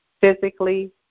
physically